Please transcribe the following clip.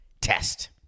test